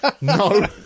no